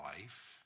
life